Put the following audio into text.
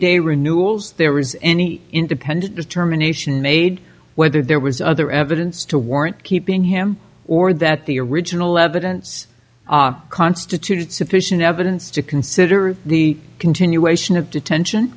day renewals there is any independent determination made whether there was other evidence to warrant keeping him or that the original evidence constituted sufficient evidence to consider the continuation of detention